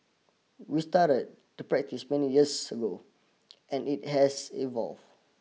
we started the practice many years ago and it has evolved